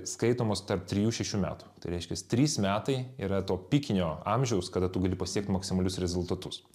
skaitomas tarp trijų šešių metų tai reiškias trys metai yra to pikinio amžiaus kada tu gali pasiekt maksimalius rezultatus